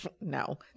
no